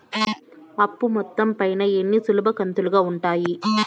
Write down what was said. అప్పు మొత్తం పైన ఎన్ని సులభ కంతులుగా ఉంటాయి?